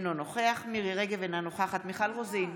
אינו נוכח מירי מרים רגב, אינה נוכחת מיכל רוזין,